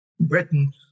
Britain